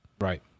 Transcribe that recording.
right